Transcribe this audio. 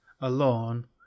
alone